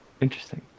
Interesting